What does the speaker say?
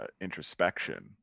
introspection